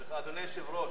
סליחה, אדוני היושב-ראש,